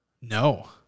No